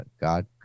God